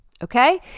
Okay